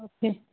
okay